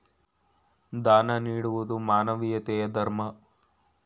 ದಾನ ನೀಡುವುದು ಮಾನವೀಯತೆಯ ಧರ್ಮ